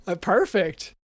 Perfect